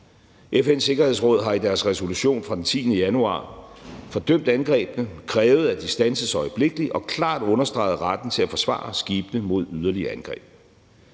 FN's Sikkerhedsråd har i sin resolution fra den 10. januar fordømt angrebene og krævet, at de standses øjeblikkeligt, og klart understreget retten til at forsvare skibene mod yderligere angreb.